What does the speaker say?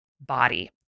body